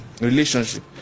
relationship